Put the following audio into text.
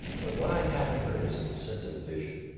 but what i haven't heard is a sense of vision.